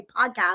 podcast